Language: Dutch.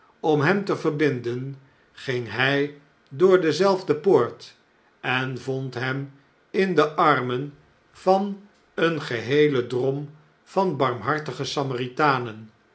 naar buiten te komen omhemteverbinden ging hjj door dezelfde poort en vond hem in de armen van een geheelen drom van barmhartige samaritanen